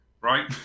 right